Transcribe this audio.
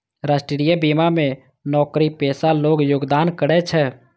राष्ट्रीय बीमा मे नौकरीपेशा लोग योगदान करै छै